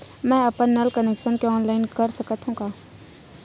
मैं अपन नल कनेक्शन के ऑनलाइन कर सकथव का?